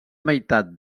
meitat